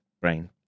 brain